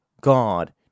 God